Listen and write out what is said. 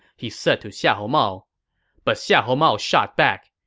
he said to xiahou mao but xiahou mao shot back,